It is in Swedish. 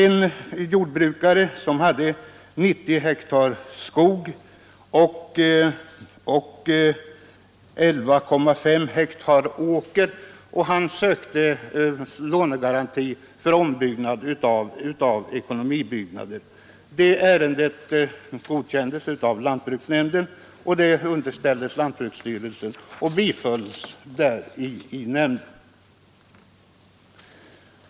En jordbrukare som hade 90 hektar skog och 11,5 hektar åker sökte lånegaranti för ombyggnad av ekonomibyggnader. Det ärendet godkändes av lantbruksnämnden och underställdes lantbruksstyrelsen, där det bifölls.